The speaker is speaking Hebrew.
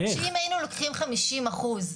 שבעניין של רב מוסמך,